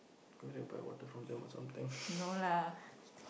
go and buy water from them or something